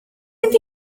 mynd